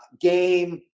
game